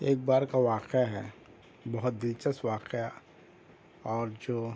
ایک بار کا واقعہ ہے بہت دلچسپ واقعہ اور جو